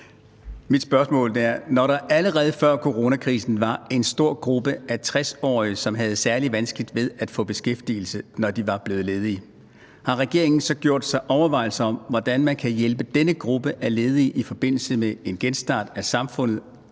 Mit spørgsmål er: Når der allerede før coronakrisen var en stor gruppe af over 60-årige, som havde særlig vanskeligt ved at få beskæftigelse, når de var blevet ledige, har regeringen så gjort sig overvejelser om, hvordan man kan hjælpe denne gruppe af ledige i forbindelse med en genstart af samfundet,